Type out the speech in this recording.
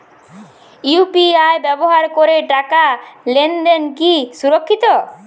UPI ব্যবহার করে টাকা লেনদেন কি সুরক্ষিত?